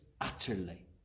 utterly